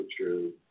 true